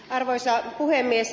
arvoisa puhemies